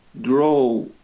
draw